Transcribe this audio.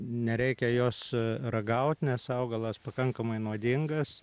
nereikia jos ragaut nes augalas pakankamai nuodingas